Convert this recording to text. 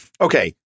okay